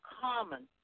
common